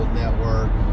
network